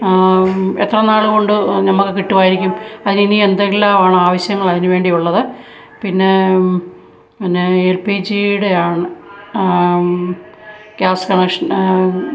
എത്രനാളു കൊണ്ട് നമ്മള്ക്ക് കിട്ടുമായിരിക്കും അതിനിനി എന്തെല്ലാം ആവശ്യങ്ങൾ അതിനു വേണ്ടി ഉള്ളത് പിന്നെ പിന്നെ എൽ പി ജിയുടെ ആണ് ഗ്യാസ് കണക്ഷൻ